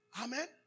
Amen